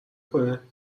کنه